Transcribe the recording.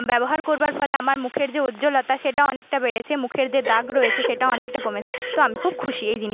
ব্যবহার করবার ফলে আমার মুখের যে উজ্জ্বলতা সেটা অনেকটা বেড়েছে মুখের যে দাগ রয়েছে সেটা অনেকটা কমেছে তো আমি খুব খুশি এই জিনিসে